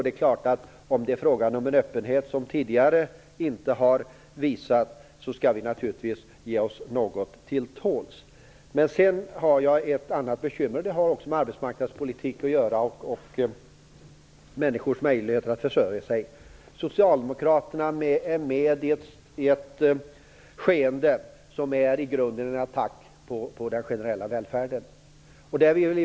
Det är klart att om det är fråga om en öppenhet som tidigare inte har visats skall vi naturligtvis ge oss något till tåls. Jag har också ett annat bekymmer som även det har med arbetsmarknadspolitik och människors möjligheter att försörja sig att göra. Socialdemokraterna är med i ett skeende som i grunden innebär en attack på den generella välfärden.